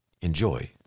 Enjoy